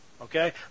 okay